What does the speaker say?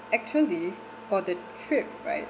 actually for the trip right